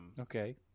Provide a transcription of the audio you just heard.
Okay